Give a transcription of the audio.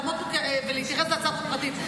לעמוד פה ולהתייחס להצעת חוק פרטית.